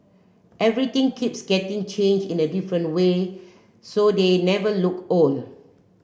everything keeps getting changed in a different way so they never look old